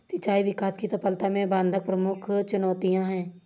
सिंचाई विकास की सफलता में बाधक प्रमुख चुनौतियाँ है